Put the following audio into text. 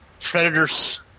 Predator's